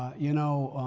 you know,